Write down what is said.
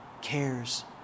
cares